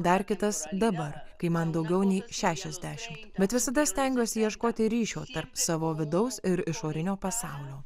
dar kitas dabar kai man daugiau nei šešiasdešimt bet visada stengiuosi ieškoti ryšio tarp savo vidaus ir išorinio pasaulio